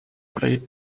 played